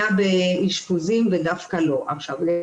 בשנה הבאה כדי שנוכל לתגבר את המענים האלה.